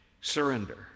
surrender